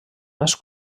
més